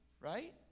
right